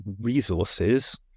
resources